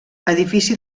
edifici